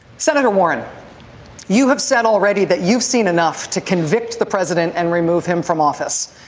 senator warren you have said already that you've seen enough to convict the president and remove him from office.